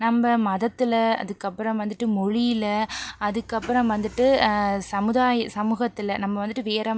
நம்ப மதத்தில் அதுக்கப்புறம் வந்துட்டு மொழியில் அதுக்கப்புறம் வந்துட்டு சமுதாய சமூகத்தில் நம்ம வந்துட்டு வேறு